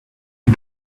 you